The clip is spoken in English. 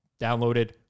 downloaded